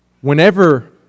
whenever